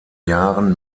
jahren